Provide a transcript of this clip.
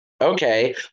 okay